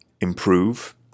improve